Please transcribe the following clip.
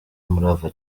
umurava